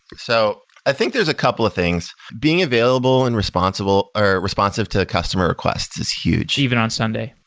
so i think there's a couple of things being available and responsible, or responsive to customer requests is huge. even on sunday.